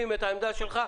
האזרח.